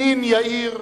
הנין יאיר,